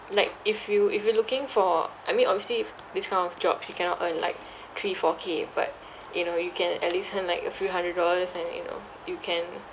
like if you if you looking for I mean obviously these kind of jobs you cannot earn like three four K but you know you can at least earn like a few hundred dollars and you know you can